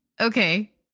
Okay